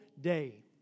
day